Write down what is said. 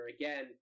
again